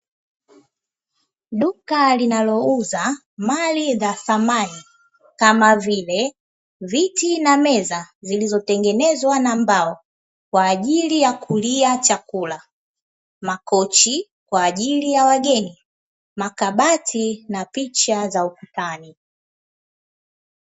Duka linalouza mali za samani kama vile: viti na meza zilizotengenezwa na mbao kwa ajili ya kulia chakula, makochi kwa ajili ya wageni, makabati na picha za ukutani.